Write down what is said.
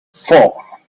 four